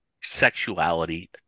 sexuality